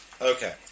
Okay